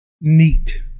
neat